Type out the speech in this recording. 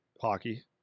hockey